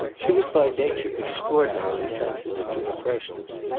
she was by nature extraordinarily sensitive to impressions.